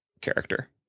character